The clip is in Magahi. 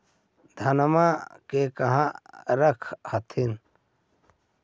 धनमा के कहा रख हखिन?